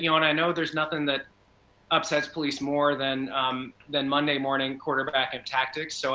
you know and i know there is nothing that upsets police more, then then monday morning quarterback and tactics. so